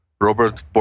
Robert